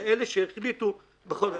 ואלה שהחליטו בכל זאת.